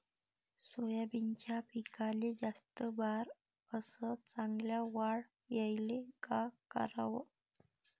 सोयाबीनच्या पिकाले जास्त बार अस चांगल्या वाढ यायले का कराव?